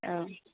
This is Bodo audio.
औ